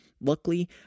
Luckily